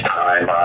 time